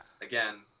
again